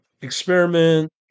experiment